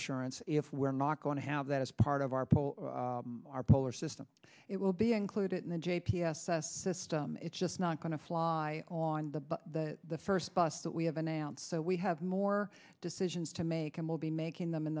assurance if we're not going to have that as part of our poll our polar system it will be included in the j p s s system it's just not going to fly on the the first bus that we have announced so we have more decisions to make and we'll be making them in